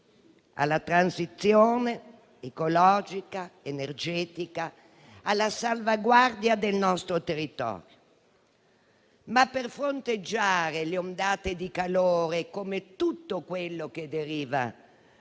alla transizione ecologica, energetica e alla salvaguardia del nostro territorio. Ma per fronteggiare le ondate di calore, così come tutto quello che ne deriva,